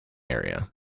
area